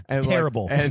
terrible